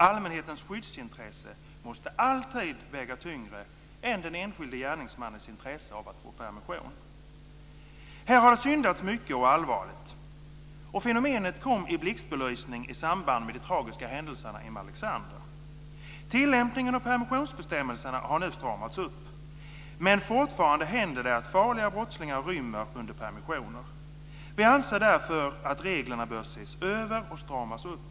Allmänhetens skyddsintresse måste alltid väga tyngre än den enskilde gärningsmannens intresse av att få permission. Här har det syndats mycket och allvarligt. Fenomenet kom i blixtbelysning i samband med den tragiska händelsen i Malexander. Tillämpningen av permissionsbestämmelserna har nu stramats upp, men fortfarande händer det att farliga brottslingar rymmer under permissioner. Vi anser därför att reglerna bör ses över och stramas upp.